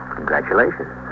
Congratulations